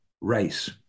race